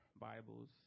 Bibles